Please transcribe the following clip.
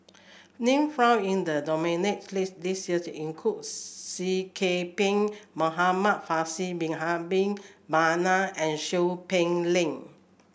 name found in the nominees' list this year includes Seah Kian Peng Muhamad Faisal Bin Abdul Manap and Seow Peck Leng